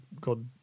God